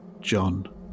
John